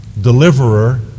deliverer